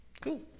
Cool